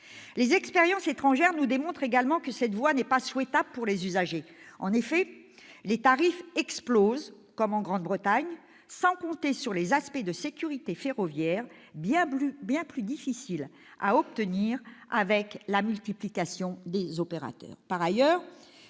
les expériences étrangères nous démontrent que cette voie n'est pas souhaitable pour les usagers. En effet, les tarifs explosent, comme on le voit en Grande-Bretagne, sans compter les aspects de sécurité ferroviaire, celle-ci étant bien plus difficile à obtenir avec la multiplication des opérateurs.